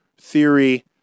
theory